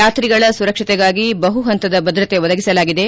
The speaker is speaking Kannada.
ಯಾತ್ರಿಗಳ ಸುರಕ್ಷಿತೆಗಾಗಿ ಬಹುಹಂತದ ಭದ್ರತೆ ಒದಗಿಸಲಾಗಿದೆ